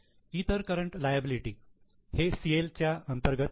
इतर current liability हे 'CL' च्या अंतर्गत आहेत